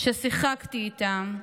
ששיחקתי איתם?